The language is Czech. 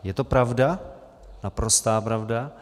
Je to pravda, naprostá pravda.